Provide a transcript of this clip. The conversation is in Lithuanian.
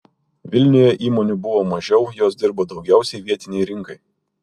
vilniuje įmonių buvo mažiau jos dirbo daugiausiai vietinei rinkai